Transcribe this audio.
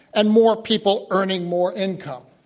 and more people earning more income.